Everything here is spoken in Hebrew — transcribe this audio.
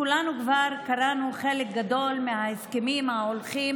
כולנו כבר קראנו חלק גדול מההסכמים ההולכים